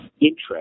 interest